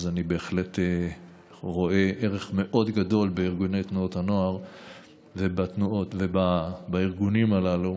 אז אני בהחלט רואה ערך מאוד גדול בארגוני תנועות הנוער ובארגונים הללו